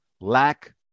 Lack